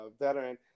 veteran